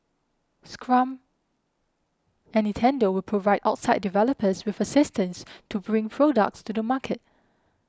Scrum and Nintendo will provide outside developers with assistance to bring products to the market